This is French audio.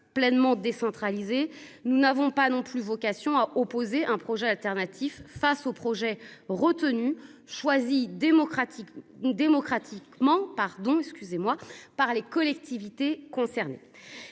pleinement décentralisé. Nous n'avons pas non plus vocation à opposer un projet alternatif, face aux projets retenus choisi démocratiquement, démocratiquement,